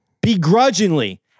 begrudgingly